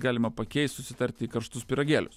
galima pakeist susitart į karštus pyragėlius